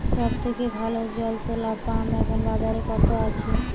সব থেকে ভালো জল তোলা পাম্প এখন বাজারে কত আছে?